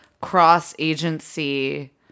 cross-agency